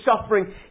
suffering